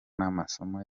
n’amasomo